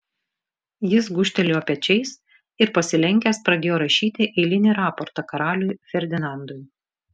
jis gūžtelėjo pečiais ir pasilenkęs pradėjo rašyti eilinį raportą karaliui ferdinandui